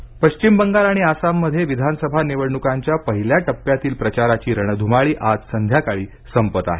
निवडणका पश्चिम बंगाल आणि आसाम मध्ये विधानसभा निवडणुकांच्या पहिल्या टप्प्यातील प्रचाराची रणधुमाळीआज संध्याकाळी संपणार आहे